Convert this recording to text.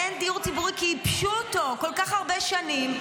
אין דיור ציבורי, כי ייבשו אותו כל כך הרבה שנים.